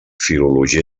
filologia